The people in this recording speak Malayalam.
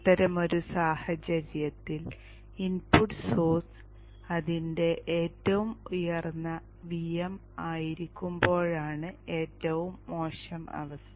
അത്തരമൊരു സാഹചര്യത്തിൽ ഇൻപുട്ട് സോഴ്സ് അതിന്റെ ഏറ്റവും ഉയർന്ന Vm ആയിരിക്കുമ്പോഴാണ് ഏറ്റവും മോശം അവസ്ഥ